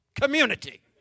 community